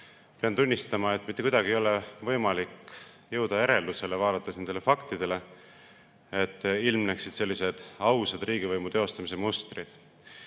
tunnistama, et mitte kuidagi ei ole võimalik jõuda järeldusele, vaadates faktidele, et ilmneksid sellised ausad riigivõimu teostamise mustrid. Mõtleme